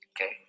okay